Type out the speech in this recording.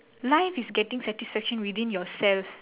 life is getting satisfaction within yourself